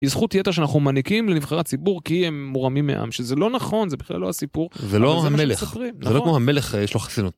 זכותי אתה שאנחנו מנהיגים לבחירה ציבור כי הם מורמים מעם שזה לא נכון זה בכלל לא הסיפור זה לא המלך.